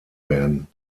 werden